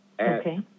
Okay